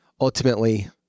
ultimately